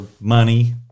money